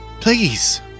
Please